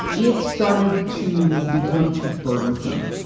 it started to become too burdensome,